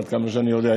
עד כמה שאני יודע,